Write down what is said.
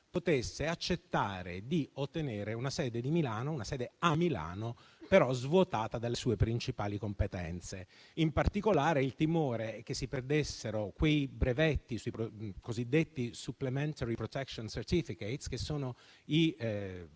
potesse accettare di ottenere una sede a Milano, ma svuotata dalle sue principali competenze. In particolare, il timore era che si perdessero quei brevetti sui cosiddetti *supplementary protection certificate*, i